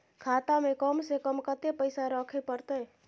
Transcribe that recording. खाता में कम से कम कत्ते पैसा रखे परतै?